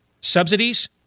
subsidies